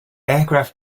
aircraft